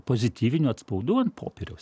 pozityvinių atspaudų ant popieriaus